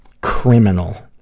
criminal